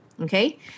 okay